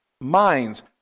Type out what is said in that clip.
minds